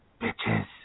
Bitches